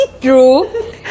true